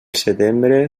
setembre